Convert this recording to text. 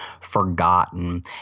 forgotten